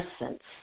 essence